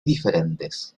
diferentes